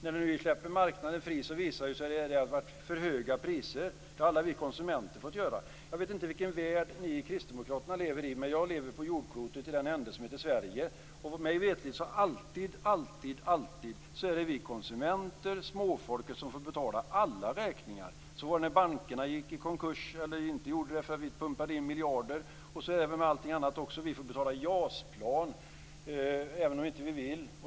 När vi nu släppt marknaden fri visar det sig ju att det har varit för höga priser, och de har alla vi konsumenter fått betala. Jag vet inte vilken värld ni kristdemokrater lever i, men jag lever på jordklotet i den ände som heter Sverige. Mig veterligt är det alltid, alltid vi konsumenter, småfolket, som får betala alla räkningar. Så var det när bankerna gick i konkurs eller inte gjorde det därför att vi pumpade in miljarder, och så är det med allting annat också. Vi får betala JAS-plan, även om vi inte vill.